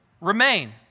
remain